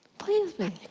please me.